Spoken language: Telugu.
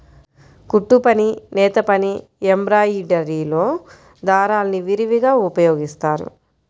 కుట్టుపని, నేతపని, ఎంబ్రాయిడరీలో దారాల్ని విరివిగా ఉపయోగిస్తారు